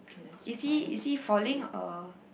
is he is he falling or